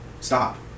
stop